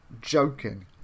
joking